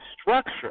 structure